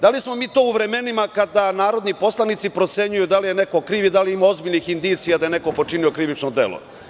Da li smo mi to u vremenima kada narodni poslanici procenjuju da li je neko kriv, da li ima ozbiljnih indicija da je neko počinio krivično delo.